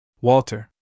Walter